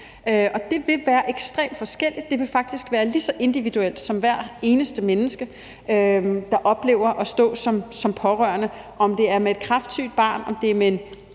Og det vil være ekstremt forskelligt. Det vil faktisk være helt individuelt i forhold til hvert enkelt menneske, der oplever at stå som pårørende; uanset om det er med et kræftsygt barn, om det er med en